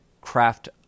craft